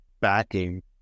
backing